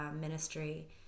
ministry